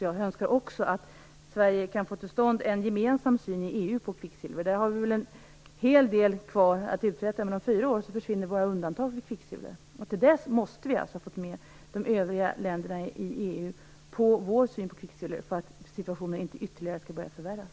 Jag önskar också att Sverige kan få till stånd en gemensam syn i EU på kvicksilver. Vi har väl en hel del att uträtta i detta sammanhang. Men om fyra år försvinner våra undantag för kvicksilver. Till dess måste vi ha fått med de övriga länderna i EU på vår syn på kvicksilver för att situationen inte ytterligare skall börja förvärras.